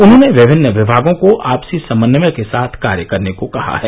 उन्होंने विभिन्न विभागों को आपसी समन्वय के साथ कार्य करने को कहा है